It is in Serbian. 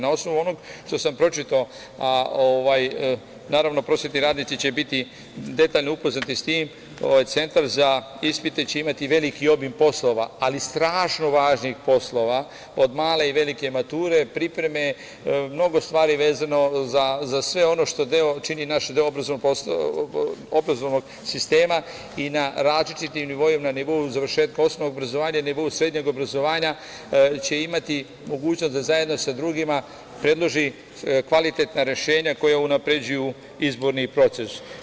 Na osnovu onog što sam pročitao, a naravno prosvetni radnici će biti detaljno upoznati sa tim, centar za ispite će imati veliki obim poslova, ali strašno važnih poslova, od male i velike mature, pripreme i mnogo stvari vezano za sve ono što čini naš deo obrazovnog sistema i na različitim nivoima, na nivou završetka osnovnog obrazovanja i na nivou srednjeg obrazovanja će imati mogućnost da zajedno sa drugima predloži kvalitetna rešenja koja unapređuju izborni proces.